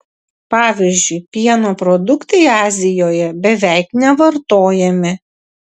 pavyzdžiui pieno produktai azijoje beveik nevartojami